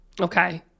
Okay